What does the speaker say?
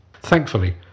Thankfully